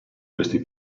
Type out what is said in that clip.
questi